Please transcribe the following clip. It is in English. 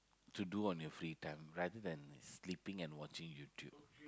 to do on your free time rather than sleeping and watching YouTube